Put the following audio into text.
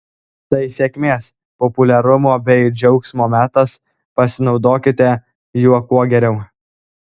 tai sėkmės populiarumo bei džiaugsmo metas pasinaudokite juo kuo geriau